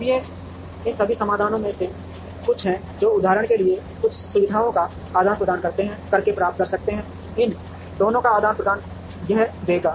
अब ये इन सभी समाधानों में से कुछ हैं जो हम उदाहरण के लिए कुछ सुविधाओं का आदान प्रदान करके प्राप्त कर सकते हैं इन दोनों का आदान प्रदान यह देगा